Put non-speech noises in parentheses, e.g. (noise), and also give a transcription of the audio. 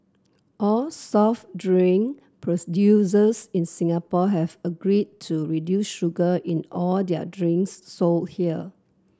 all soft drink (unintelligible) in Singapore have agreed to reduce sugar in all their drinks sold here